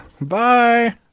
bye